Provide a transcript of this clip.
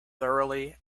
thoroughly